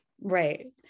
Right